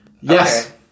yes